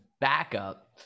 backup